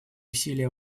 усилия